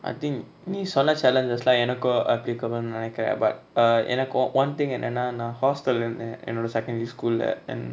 I think நீ சொன்ன:nee sonna challenges lah எனக்கு:enaku I think come on நெனைகுர:nenaikura but uh எனக்கு:enaku one thing என்னனா நா:ennana na hostel lah இருந்த என்னோட:iruntha ennoda secondary school lah and